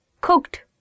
cooked